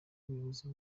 ubuyobozi